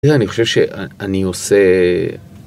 תראה אני חושב שאני עושה